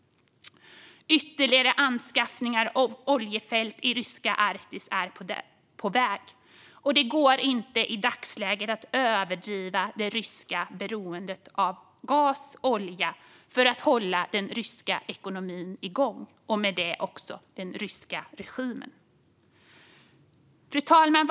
Ytterligare anskaffningar av oljefält i ryska Arktis är på väg. Det går inte att i dagsläget överdriva det ryska beroendet av gas och olja för att hålla den ryska ekonomin och därmed den ryska regimen igång. Fru talman!